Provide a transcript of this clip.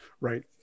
Right